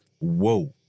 whoa